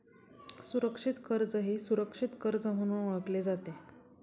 सुरक्षित कर्ज हे सुरक्षित कर्ज म्हणून ओळखले जाते